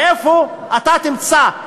מאיפה אתה תמצא?